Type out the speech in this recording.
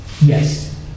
Yes